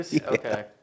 Okay